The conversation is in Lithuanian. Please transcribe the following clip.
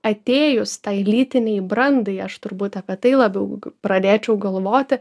atėjus tai lytinei brandai aš turbūt apie tai labiau pradėčiau galvoti